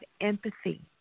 empathy